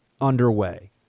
underway